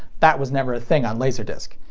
that was never a thing on laserdisc.